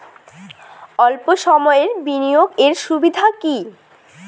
অল্প সময়ের বিনিয়োগ এর সুবিধা কি?